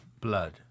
Blood